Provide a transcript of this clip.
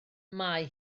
mae